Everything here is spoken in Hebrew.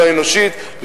לא אנושית,